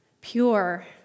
pure